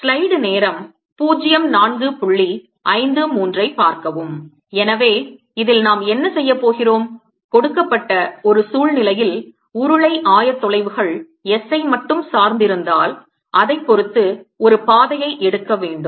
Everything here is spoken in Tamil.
எனவே இதில் நாம் என்ன செய்யப்போகிறோம் கொடுக்கப்பட்ட ஒரு சூழ்நிலையில் உருளை ஆயத்தொலைவுகள் s ஐ மட்டும் சார்ந்திருந்தால் அதைப் பொறுத்து ஒரு பாதையை எடுக்க வேண்டும்